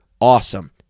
awesome